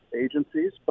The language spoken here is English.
agencies